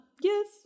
yes